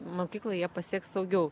mokyklą jie pasieks saugiau